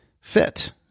fit